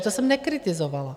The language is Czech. To jsem nekritizovala.